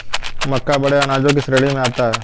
मक्का बड़े अनाजों की श्रेणी में आता है